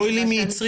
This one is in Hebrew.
אוי לי מייצרי,